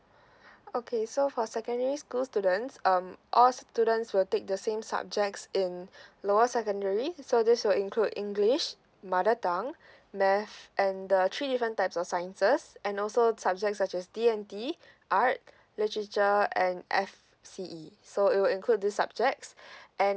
okay so for secondary school students um all students will take the same subjects in lower secondary so this will include english mother tongue math and the three different types of sciences and also subjects such as D and T art literature and F C E so it will include these subjects and